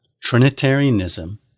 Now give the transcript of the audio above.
Trinitarianism